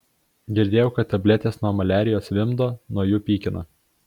girdėjau kad tabletės nuo maliarijos vimdo nuo jų pykina